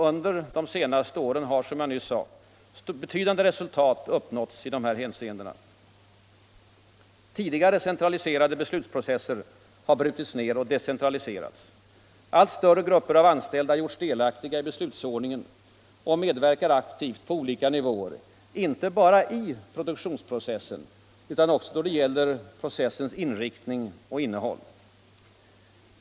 Under de senaste åren har — som jag nyss sade — betydande resultat uppnåtts i dessa hänseenden. Tidigare centraliserade beslutsprocesser har brutits ner och decentraliserats. Allt större grupper av anställda har gjorts delaktiga i beslutsordningen och medverkar aktivt — på olika nivåer — inte bara i produktionsprocessen utan också då det gäller processens inriktning och innehåll.